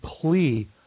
plea